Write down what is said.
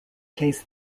case